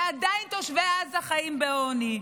ועדיין תושבי עזה חיים בעוני.